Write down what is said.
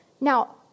Now